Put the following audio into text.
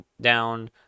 down